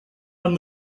and